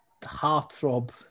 heartthrob